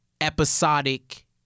episodic